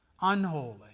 unholy